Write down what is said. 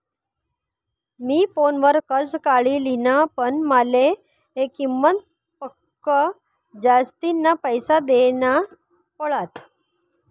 मी फोनवर कर्ज काढी लिन्ह, पण माले किंमत पक्सा जास्तीना पैसा देना पडात